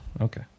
Okay